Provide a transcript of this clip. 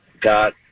got